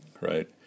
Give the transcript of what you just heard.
right